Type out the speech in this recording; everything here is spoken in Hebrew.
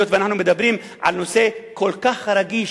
היות שאנחנו מדברים על נושא כל כך רגיש,